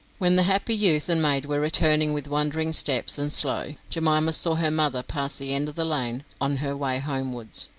when the happy youth and maid were returning with wandering steps and slow, jemima saw her mother pass the end of the lane on her way homewards,